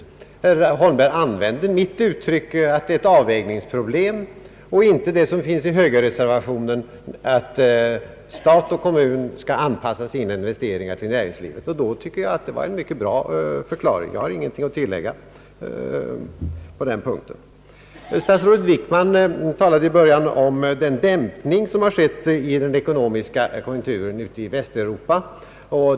Herr Holmberg använde mitt uttryck att det är fråga om en avvägning och inte det som finns i högerreservationen att stat och kommun skall anpassa sina investeringar till näringslivet. Då tycker jag att det var ett bra tillrättaläggande, och jag har intet att tillägga på den punkten. Statsrådet Wickman talade i början om den dämpning som skett i den ekonomiska konjunkturen i Västeuropa.